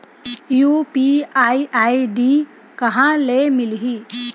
UPI ID कहां ले मिलही?